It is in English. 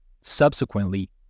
Subsequently